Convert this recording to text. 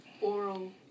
oral